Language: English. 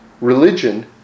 religion